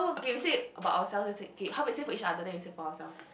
okay we say about ourselves that's it okay how about we say for each other then we say for ourselves